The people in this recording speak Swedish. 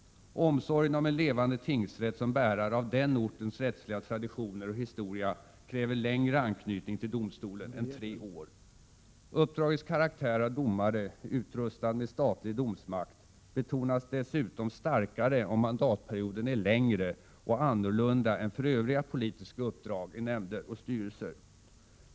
Omsorgen om en levande tingsrätt som bärare av den ortens rättsliga traditioner och historia kräver längre anknytning till domstolen än tre år. Uppdragets karaktär av domare, utrustad med statlig domsmakt, betonas dessutom starkare, om mandatperioden är längre och annorlunda än för övriga politiska uppdrag i nämnder och styrelser.